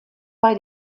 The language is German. bei